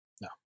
No